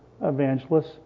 evangelists